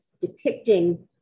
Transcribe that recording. depicting